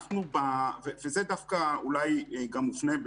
וזה דווקא אולי גם מופנה,